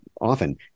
often